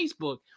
Facebook